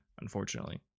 unfortunately